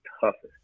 toughest